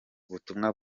butumwa